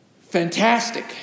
Fantastic